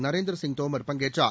நரேந்திர சிங் தோமர் பங்கேற்றார்